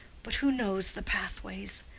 but who knows the pathways?